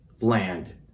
land